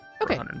Okay